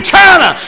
China